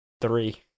three